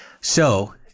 So-